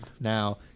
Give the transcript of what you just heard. Now